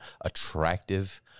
attractive